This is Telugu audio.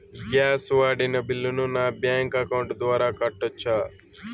గ్యాస్ వాడిన బిల్లును నా బ్యాంకు అకౌంట్ ద్వారా కట్టొచ్చా?